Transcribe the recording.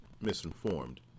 misinformed